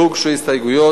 לא הוגשו הסתייגויות.